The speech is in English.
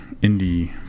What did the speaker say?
indie